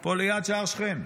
פה ליד שער שכם.